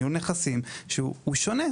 ניהול נכסים שהוא שונה,